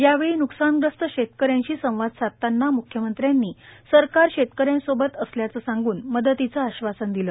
यावेळी न्कसानग्रस्त शेतकऱ्यांशी संवाद साधताना म्ख्यमंत्र्यांनी सरकार शेतकऱ्यांसोबत असल्याचं सांगून मदतीचं आश्वासन दिलं